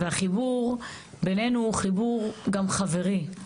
והחיבור בינינו הוא חיבור גם חברי.